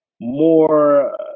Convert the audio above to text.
more